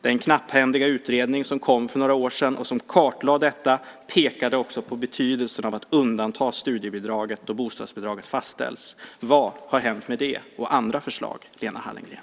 Den knapphändiga utredning som kom för några år sedan, och som kartlade detta, pekade också på betydelsen av att undanta studiebidraget då bostadsbidraget fastställs. Vad har hänt med det och andra förslag, Lena Hallengren?